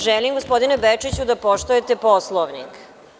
Želim gospodine Bečiću, da poštujete Poslovnik.